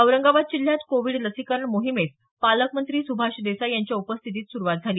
औरंगाबाद जिल्ह्यात कोवीड लसीकरण मोहीमेस पालकमंत्री सुभाष देसाई यांच्या उपस्थितीत सुरुवात झाली